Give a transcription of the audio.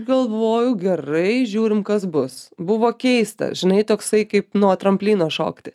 galvojau gerai žiūrim kas bus buvo keista žinai toksai kaip nuo tramplino šokti